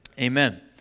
Amen